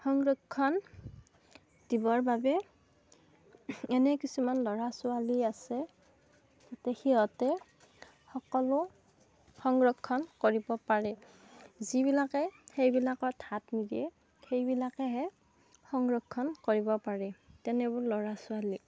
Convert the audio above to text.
সংৰক্ষণ দিবৰ বাবে এনে কিছুমান ল'ৰা ছোৱালী আছে তাতে সিহঁতে সকলো সংৰক্ষণ কৰিব পাৰে যিবিলাকে সেইবিলাকত হাত নিদিয়ে সেইবিলাকেহে সংৰক্ষণ কৰিব পাৰে তেনেবোৰ ল'ৰা ছোৱালীক